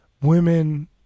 women